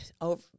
over